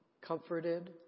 comforted